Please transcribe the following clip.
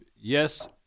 yes